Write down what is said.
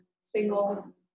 single